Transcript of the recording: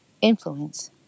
Influence